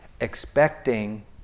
expecting